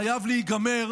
חייב להיגמר,